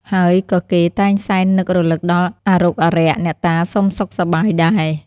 ហើយក៏គេតែងសែននឹករំលឹកដល់អារុក្ខអារក្ស អ្នកតាសុំសុខសប្បាយដែរ។